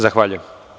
Zahvaljujem.